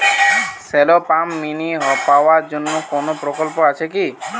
Shallow pump mini power জন্য কোনো প্রকল্প আছে কি?